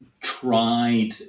tried